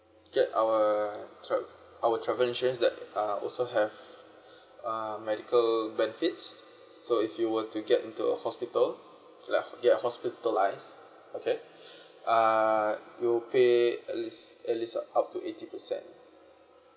get our tra~ our travel insurance that uh also have uh medical benefits so if you were to get into a hospital like get hospitalised okay uh it will pay at least at least up up to eighty percent